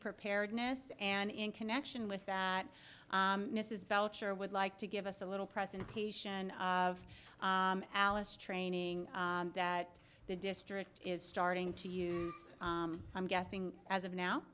preparedness and in connection with that mrs belcher would like to give us a little presentation of alice training that the district is starting to use i'm guessing as of now